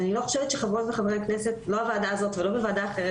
אני לא חושבת שחברות וחברי הכנסת לא בוועדה הזאת ולא בוועדה אחרת